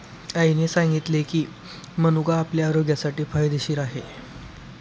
आईने सांगितले की, मनुका आपल्या आरोग्यासाठी फायदेशीर आहे